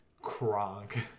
Kronk